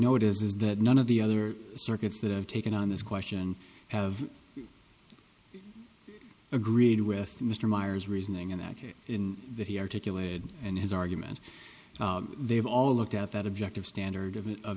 notice is that none of the other circuits that have taken on this question have agreed with mr meyers reasoning in that case in that he articulated and his argument they've all looked at that objective standard of of